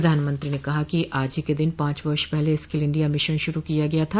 प्रधानमंत्री ने कहा कि आज ही के दिन पांच वर्ष पहले स्किल इंडिया मिशन शुरू किया गया था